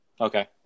Okay